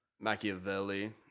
Machiavelli